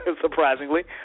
surprisingly